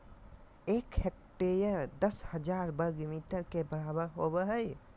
एक हेक्टेयर दस हजार वर्ग मीटर के बराबर होबो हइ